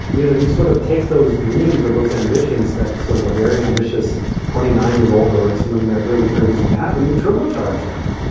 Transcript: you know, you sort of take those dreams or those ambitions, that sort of a very ambitious twenty nine year old or someone in their early thirties would have a and new turbocharge them.